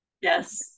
Yes